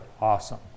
awesome